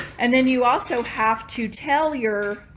and then you also have to tell your,